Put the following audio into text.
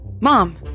Mom